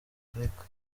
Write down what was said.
afrika